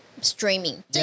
streaming